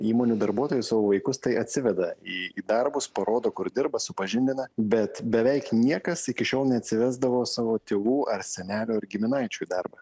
įmonių darbuotojai savo vaikus tai atsiveda į į darbus parodo kur dirba supažindina bet beveik niekas iki šiol neatsivesdavo savo tėvų ar senelių ar giminaičių į darbą